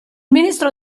ministro